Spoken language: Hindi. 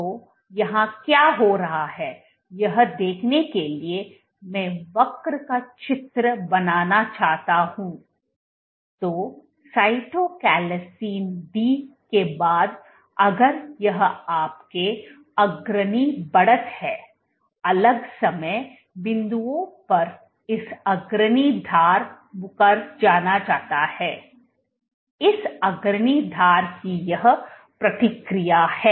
तो यहाँ क्या हो रहा है यह दिखाने के लिए मैं वक्र का चित्र बनाना चाहता हूं तो cytochalasin डी के बाद अगर यह आपके अग्रणी बढ़त हैअलग समय बिंदुओं पर इस अग्रणी धार मुकर जाना जाता है इस अग्रणी धार की यह प्रतिक्रिया है